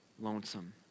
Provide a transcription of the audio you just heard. lonesome